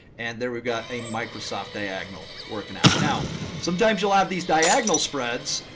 and there we've got a microsoft diagonal working out. now sometimes you'll have these diagonal spreads.